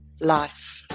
life